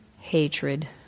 hatred